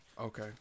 okay